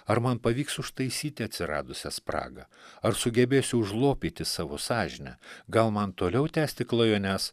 ar man pavyks užtaisyti atsiradusią spragą ar sugebėsiu užlopyti savo sąžinę gal man toliau tęsti klajones